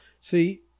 See